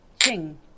Ching